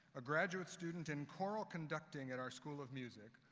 a graduate student in choral conducting at our school of music,